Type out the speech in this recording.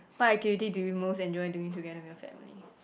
what activity do you most enjoy doing together with your family